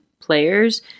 players